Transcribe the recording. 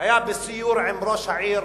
היה בסיור עם ראש העיר